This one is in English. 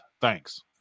Thanks